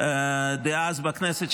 דאז בכנסת,